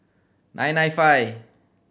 nine nine five